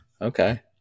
Okay